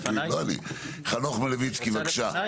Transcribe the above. חנוך מלביצקי, בבקשה.